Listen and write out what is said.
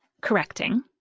correcting